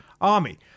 army